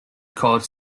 called